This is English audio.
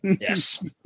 yes